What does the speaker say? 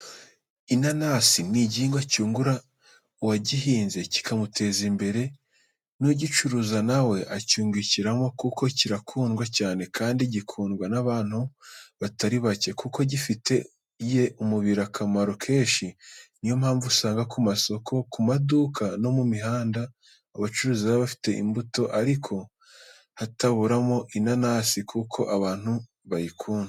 Inanasi ni igihingwa cyungura uwagihinze kikamuteza imbere, n'ugicuruza nawe acyungukiramo, kuko kirakundwa cyane kandi gikundwa n'abantu batari bake, kuko gifitiye umubiri akamaro kenshi, niyo mpamvu usanga ku masoko, ku maduka, no mu mihanda abacuruzi baba bafite imbuto ariko hataburamo inanasi kuko abantu bayikunda.